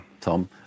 Tom